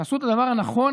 תעשו את הדבר הנכון,